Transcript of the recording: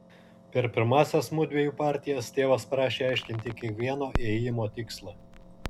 per pirmąsias mudviejų partijas tėvas prašė aiškinti kiekvieno ėjimo tikslą